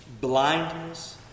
blindness